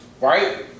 right